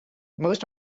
most